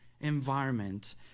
environment